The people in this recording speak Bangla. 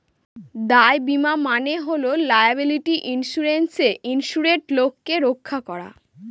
দায় বীমা মানে হল লায়াবিলিটি ইন্সুরেন্সে ইন্সুরেড লোককে রক্ষা করা